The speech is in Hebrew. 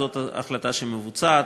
זאת החלטה שמבוצעת.